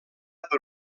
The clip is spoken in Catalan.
per